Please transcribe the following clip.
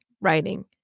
writing